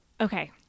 okay